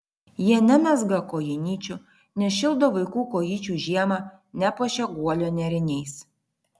jie nemezga kojinyčių nešildo vaikų kojyčių žiemą nepuošia guolio nėriniais